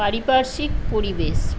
পারিপার্শ্বিক পরিবেশ